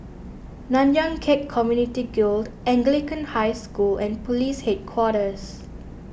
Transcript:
Nanyang Khek Community Guild Anglican High School and Police Headquarters